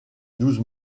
douze